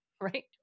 right